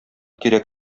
кирәк